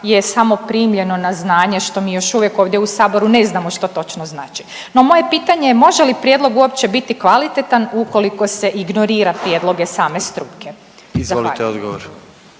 je samo primljeno na znanje što mi još uvijek ovdje u saboru ne znamo što točno znači. No, moje pitanje je može li prijedlog uopće biti kvalitetan ukoliko se ignorira prijedloge same struke? Zahvaljujem.